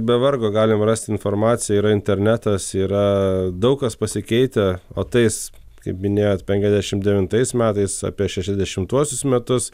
be vargo galim rasti informaciją yra internetas yra daug kas pasikeitę o tais kaip minėjot penkiasdešimt devintais metais apie šešiasdešimtuosius metus